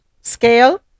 scale